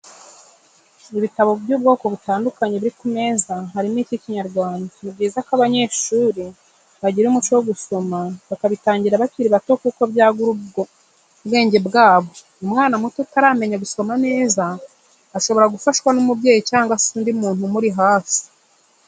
Ibitabo by'ubwoko butandukanye biri ku meza harimo icy'Ikinyarwanda, ni byiza ko abanyeshuri bagira umuco wo gusoma bakabitangira bakiri bato kuko byagura ubwenge bwabo, umwana muto utaramenya gusoma neza shobora gufashwa n'umubyeyi cyangwa se undi muntu umuri hafi.